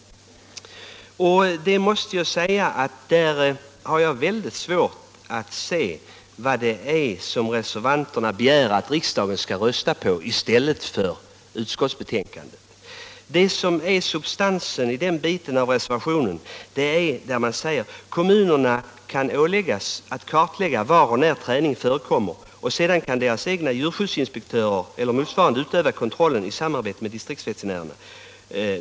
Där har jag väldigt svårt att förstå vad reservanten begär att riksdagen skall rösta på i stället för på utskottets hemställan. Substansen i den delen av reservationen är följande: ”Kommunerna kan åläggas att kartlägga var och när träning förekommer, och sedan kan deras egna djurskyddsinspektörer utöva kontrollen i samarbete med distriktsveterinärerna.